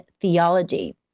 theology